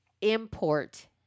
import